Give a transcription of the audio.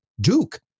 Duke